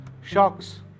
shocks